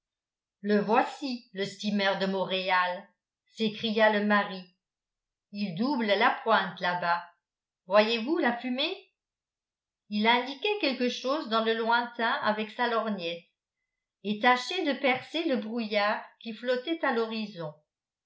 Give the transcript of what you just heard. le voici le steamer de montréal s'écria le mari il double la pointe là-bas voyez-vous la fumée il indiquait quelque chose dans le lointain avec sa lorgnette et tâchait de percer le brouillard qui flottait à l'horizon